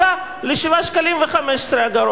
עלה ל-7.15 שקלים.